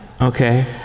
okay